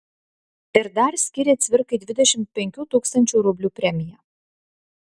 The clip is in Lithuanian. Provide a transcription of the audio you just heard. ir dar skyrė cvirkai dvidešimt penkių tūkstančių rublių premiją